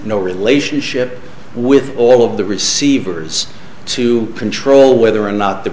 no relationship with all of the receivers to control whether or not th